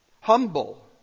humble